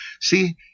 see